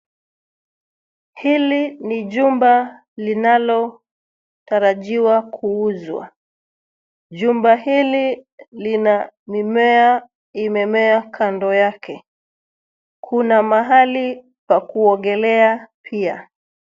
Hili ni jumba linalo tarajiwa kuuzwa. Jumba hili lina mimea imemea kando yake. Kuna mahali pa kuogelea pia.